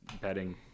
betting